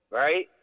right